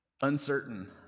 uncertain